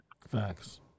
Facts